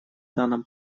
данном